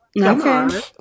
Okay